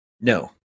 No